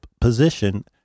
position